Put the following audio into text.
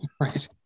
Right